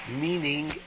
meaning